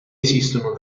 esistono